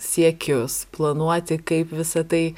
siekius planuoti kaip visa tai